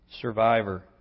survivor